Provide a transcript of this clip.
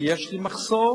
שיש לי מחסור